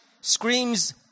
screams